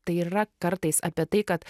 tai ir yra kartais apie tai kad